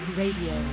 radio